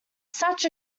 such